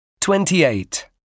Twenty-eight